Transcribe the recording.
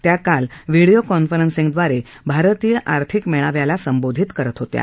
त्या काल व्हीडीओ कॉन्फरसिंगद्वारे भारतीय आर्थिक मेळाव्याला संबोधित करत होत्या